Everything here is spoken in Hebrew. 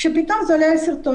כשפתאום זה עולה על שרטון,